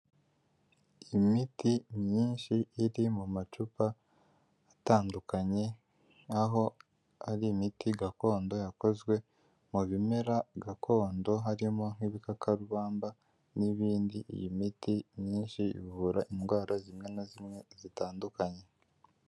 Imiti myinshi iri mu macupa atandukanye nk'aho hari imiti gakondo yakozwe mu bimera gakondo harimo nk'ibikakarubamba n'ibindi, iyi miti myinshi ivura indwara zimwe na zimwe zitandukanye.